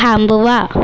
थांबवा